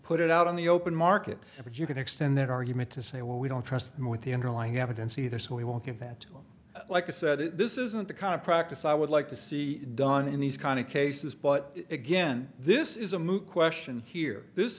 it out on the open market but you can extend that argument to say well we don't trust him with the underlying evidence either so he won't give that like i said this isn't the kind of practice i would like to see done in these kind of cases but again this is a moot question here this